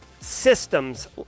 systems